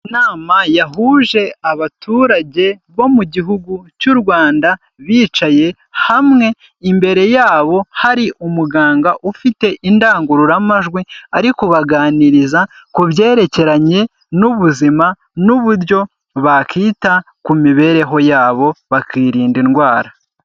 Inama yahuje abaturage bo mu gihugu cy'u Rwanda, bicaye hamwe, imbere yabo hari umuganga ufite indangururamajwi ari kubaganiriza ku byerekeranye n'ubuzima n'uburyo bakwita ku mibereho yabo bakirinda indwara.